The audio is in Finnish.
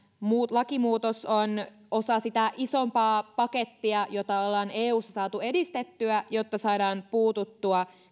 lakimuutos on osa sitä isompaa pakettia jota ollaan eussa saatu edistettyä jotta saadaan puututtua